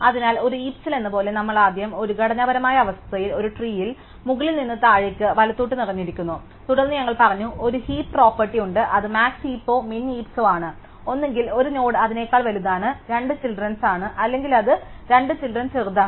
അതിനാൽ ഒരു ഹീപ്സിലെന്നപോലെ നമ്മൾ ആദ്യം ഒരു ഘടനാപരമായ അവസ്ഥയിൽ ഒരു ട്രീയിൽ മുകളിൽ നിന്ന് താഴേക്ക് വലത്തോട്ട് നിറഞ്ഞിരിക്കുന്നു തുടർന്ന് ഞങ്ങൾ പറഞ്ഞു ഒരു ഹീപ് പ്രോപ്പർട്ടി ഉണ്ട് അത് മാക്സ് ഹീപ്സോ മിൻ ഹീപ്സോ ആണ് ഒന്നുകിൽ ഒരു നോഡ് അതിനെക്കാൾ വലുതാണ് 2 ചിൽഡ്രൻസാണ് അല്ലെങ്കിൽ അത് 2 ചിൽഡ്രൻസ് ചെറുതാണ്